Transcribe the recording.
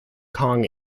kong